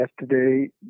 yesterday